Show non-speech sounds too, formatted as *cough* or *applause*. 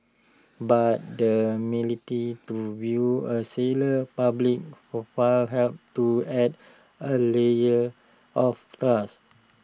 but the milit to view A seller's public profile helps to add A layer of *unintelligible*